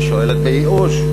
היא שואלת בייאוש.